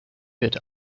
wird